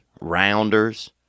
rounders